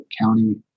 county